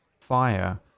fire